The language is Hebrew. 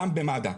גם במד"א,